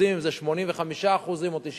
אני לא רוצה לדייק באחוזים אם זה 85% או 90%,